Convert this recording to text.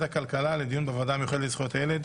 הכלכלה לדיון בוועדה המיוחדת לזכויות הילד.